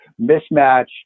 mismatch